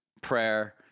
prayer